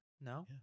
No